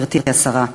גברתי השרה.